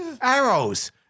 arrows